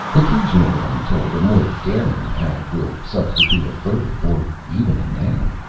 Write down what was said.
occasionally, i'm told, a more daring hack will substitute a verb, or even a noun.